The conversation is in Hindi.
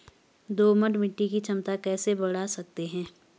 दोमट मिट्टी की क्षमता कैसे बड़ा सकते हैं?